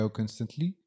constantly